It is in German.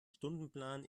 stundenplan